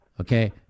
okay